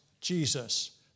Jesus